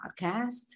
podcast